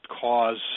cause